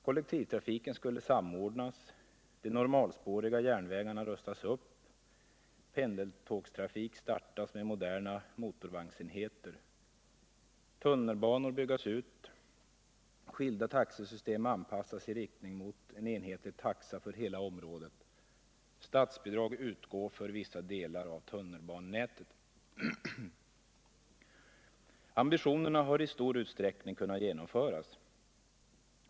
Kollektivtrafiken skulle samordnas, de normalspåriga järnvägarna rustas upp, pendeltågstrafiken upprätthållas med moderna motorvagnsenheter, tunnelbanor byggas ut, skilda taxesystem anpassas i riktning mot en enhetlig taxa för hela området och statsbidrag utgå för vissa delar av tunnelbanenätet. Ambitionerna har i stor utsträckning kunnat förverkligas.